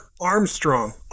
Armstrong